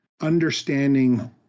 understanding